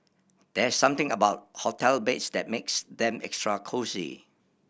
there's something about hotel beds that makes them extra cosy